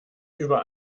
über